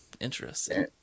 interesting